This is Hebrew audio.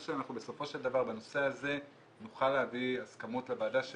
בסופו של דבר בנושא הזה אני אומר שנוכל להביא הסכמות לוועדה של